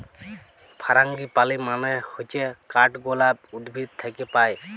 ফারাঙ্গিপালি মানে হচ্যে কাঠগলাপ উদ্ভিদ থাক্যে পায়